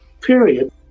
period